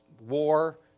war